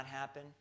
happen